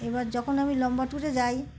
এবার যখন আমি লম্বা ট্যুরে যাই